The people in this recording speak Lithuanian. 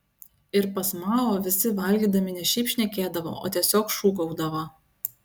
ir pas mao visi valgydami ne šiaip šnekėdavo o tiesiog šūkaudavo